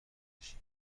بکشی